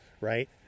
right